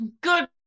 good